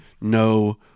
no